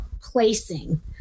placing